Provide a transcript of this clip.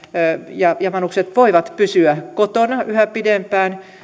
ja ja vanhukset voivat pysyä kotona yhä pidempään